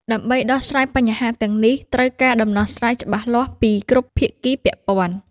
ដើម្បីដោះស្រាយបញ្ហាទាំងនេះ ត្រូវការ ដំណោះស្រាយ ច្បាស់លាស់ពីគ្រប់ភាគីពាក់ព័ន្ធ។